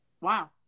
wow